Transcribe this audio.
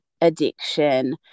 addiction